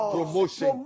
Promotion